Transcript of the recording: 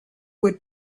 would